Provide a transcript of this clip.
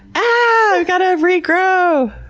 i gotta regrow!